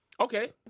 Okay